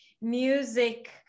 music